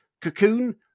Cocoon